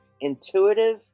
intuitive